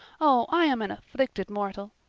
oh, i am an afflicted mortal.